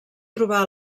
trobar